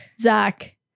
Zach